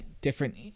different